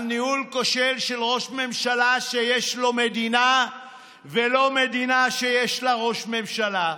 על ניהול כושל של ראש ממשלה שיש לו מדינה ולא מדינה שיש לה ראש ממשלה.